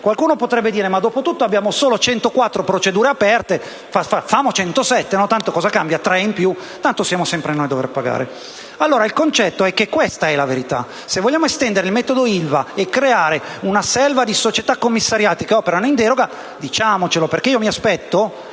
Qualcuno potrebbe dire: dopotutto abbiamo solo 104 procedure aperte, facciamo 107; cosa cambia per tre in più? Tanto siamo sempre noi a dover pagare. Questa è la verità: se vogliamo estendere il metodo Ilva e creare una selva di società commissariate che operano in deroga, diciamocelo. Personalmente